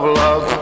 love